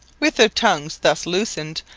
with their tongues thus loosened,